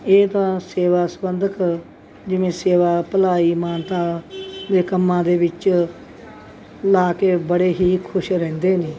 ਇਹ ਤਾਂ ਸੇਵਾ ਸੰਬੰਧਕ ਜਿਵੇਂ ਸੇਵਾ ਭਲਾਈ ਮਾਨਤਾ ਦੇ ਕੰਮਾਂ ਦੇ ਵਿੱਚ ਲਾ ਕੇ ਬੜੇ ਹੀ ਖੁਸ਼ ਰਹਿੰਦੇ ਨੇ